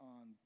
on